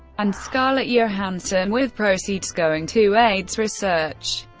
and scarlett johansson, with proceeds going to aids research.